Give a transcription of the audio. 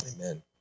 amen